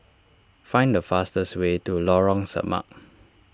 find the fastest way to Lorong Samak